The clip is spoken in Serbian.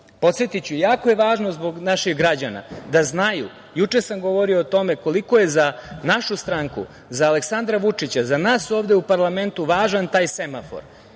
mnogo. Podsetiću, jako je važno zbog naših građana da znaju, juče sam govorio o tome koliko je za našu stranku, za Aleksandra Vučića, za nas ovde u parlamentu važan taj semafor,